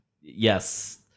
Yes